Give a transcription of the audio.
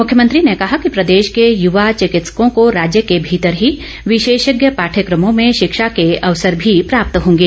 मुख्यमंत्री ने कहा कि प्रदेश के यूवा चिकित्सकों को राज्य के भीतर ही विशेषज्ञ पाठयकमों में शिक्षा के अवसर भी प्राप्त होंगे